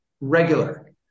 Regular